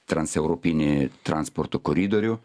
transeuropinį transporto koridorių